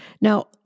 Now